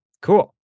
Cool